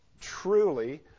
truly